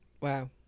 wow